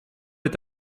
est